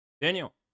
Daniel